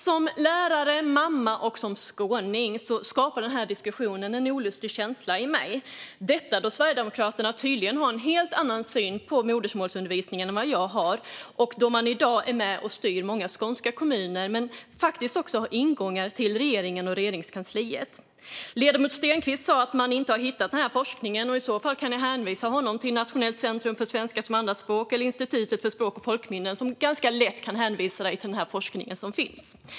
Som lärare, mamma och skåning skapar diskussionen en känsla av olust i mig, detta då Sverigedemokraterna tydligen har en helt annan syn på modersmålsundervisningen än vad jag har och då de i dag är med och styr många skånska kommuner. Men de har ju också ingångar till regeringen och Regeringskansliet. Ledamoten Stenkvist sa att han inte hittat någon forskning. Då kan jag hänvisa honom till Nationellt centrum för svenska som andraspråk eller Institutet för språk och folkminnen, som ganska lätt kan hänvisa honom till den forskning som finns.